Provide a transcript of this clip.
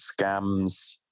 scams